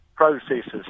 Processes